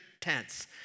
tense